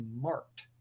marked